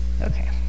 okay